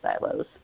silos